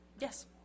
yes